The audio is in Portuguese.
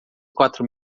quatro